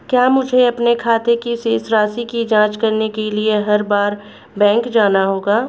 क्या मुझे अपने खाते की शेष राशि की जांच करने के लिए हर बार बैंक जाना होगा?